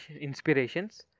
inspirations